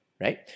right